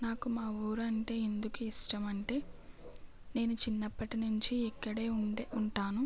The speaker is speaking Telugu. నాకు మా ఊరు అంటే ఎందుకు ఇష్టం అంటే నేను చిన్నప్పటి నుంచి ఇక్కడే ఉండే ఉంటాను